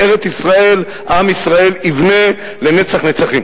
בארץ-ישראל עם ישראל יבנה לנצח נצחים.